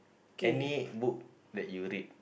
any book that you read